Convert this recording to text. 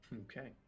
Okay